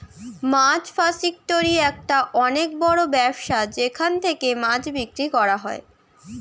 মাছ ফাসিকটোরি একটা অনেক বড় ব্যবসা যেখান থেকে মাছ বিক্রি করা হয়